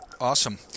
Awesome